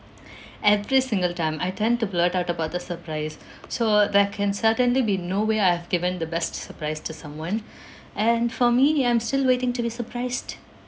every single time I tend to blurt out about the surprise so there can certainly be no way I have given the best surprise to someone and for me I'm still waiting to be surprised